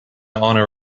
honour